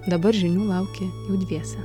dabar žinių laukė jau dviese